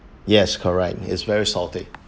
yes correct it's very salty